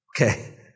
Okay